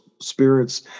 spirits